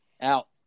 Out